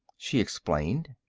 she explained.